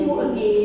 mm